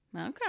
Okay